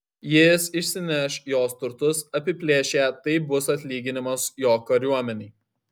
jis išsineš jos turtus apiplėš ją tai bus atlyginimas jo kariuomenei